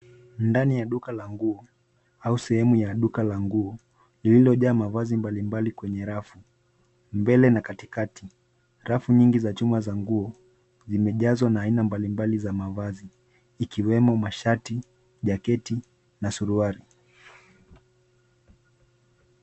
Ndani ya duka la nguo, au sehemu ya duka la nguo, lililojaa mavazi mbalimbali kwenye rafu. Mbele, na katikati, rafu nyingi za chuma za nguo, zimejazwa na aina mbalimbali za mavazi, ikiwemo mashati, jaketi, na suruali.